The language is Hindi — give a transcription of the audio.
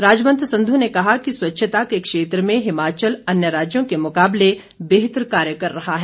राजवंत संधू ने कहा कि स्वच्छता के क्षेत्र में हिमाचल अन्य राज्यों के मुकाबले बेहतर कार्य कर रहा है